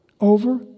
Over